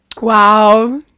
wow